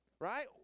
Right